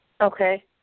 Okay